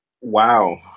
Wow